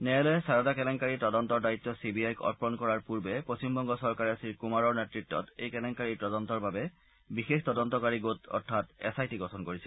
ন্যায়ালয়ে সাৰদা কেলেংকাৰীৰ তদন্তৰ দায়িত্ব চি বি আইক অৰ্পণ কৰাৰ পুৰ্বে পশ্চিমবংগ চৰকাৰে শ্ৰীকুমাৰৰ নেতত্তত এই কেলেংকাৰীৰ তদন্তৰ বাবে বিশেষ তদন্তকাৰী গোট অৰ্থাৎ এছ আই টি গঠন কৰিছিল